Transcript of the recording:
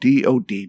DOD